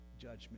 judgment